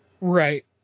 Right